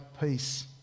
peace